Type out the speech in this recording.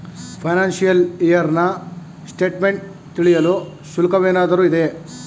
Financial year ನ statement ತಿಳಿಯಲು ಶುಲ್ಕವೇನಾದರೂ ಇದೆಯೇ?